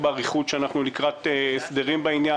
משרד האוצר הסביר באריכות שאנחנו לקראת הסדרים בעניין.